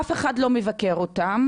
אף אחד לא מבקר אותם,